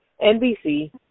NBC